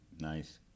Nice